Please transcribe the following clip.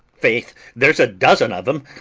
faith, there's a dozen of em,